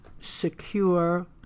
secure